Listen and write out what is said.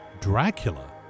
Dracula